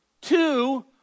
Two